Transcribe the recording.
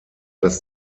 das